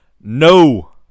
No